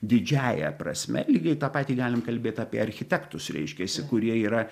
didžiąja prasme lygiai tą patį galim kalbėt apie architektus reiškiasi kurie yra